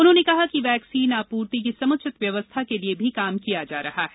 उन्होंने कहा कि वैक्सीन आपूर्ति की समुचित व्यवस्था के लिए भी काम किया जा रहा है